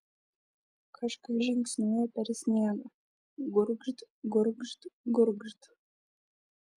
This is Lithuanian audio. kažkas žingsniuoja per sniegą gurgžt gurgžt gurgžt